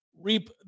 reap